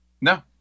No